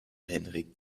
henrik